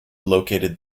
located